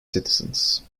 citizens